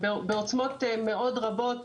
בעוצמות מאוד רבות.